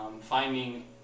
finding